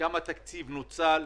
כמה תקציב נוצל?